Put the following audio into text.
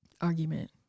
argument